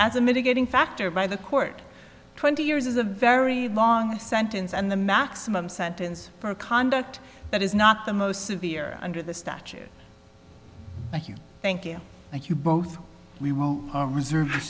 as a mitigating factor by the court twenty years is a very long sentence and the maximum sentence for conduct that is not the most severe under the statute thank you thank you thank you both we will reserve